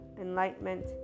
enlightenment